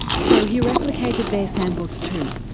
so he replicated their samples too.